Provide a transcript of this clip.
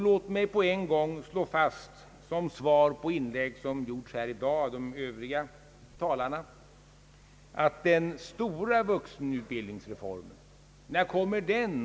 Det har frågats i inlägg här i dag av en del talare, senast av herr Thorsten Larsson, när den stora vuxenutbildningsreformen kommer.